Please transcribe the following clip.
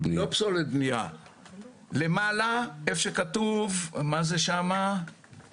כל דבר אפשרי כאשר אתה בוחר את המיקומים הנכונים.